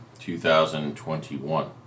2021